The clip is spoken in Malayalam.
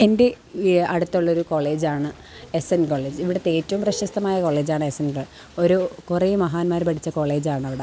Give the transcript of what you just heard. എന്റെ അടുത്തുള്ളൊരു കോളേജ് ആണ് എസ് എന് കോളേജ് ഇവിടുത്തെ ഏറ്റവും പ്രശസ്തമായ കോളേജ് ആണ് എസ് എന് ഒരു കുറേ മഹാന്മാർ പഠിച്ച കോളേജ് ആണ് അവിടം